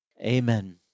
Amen